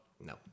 No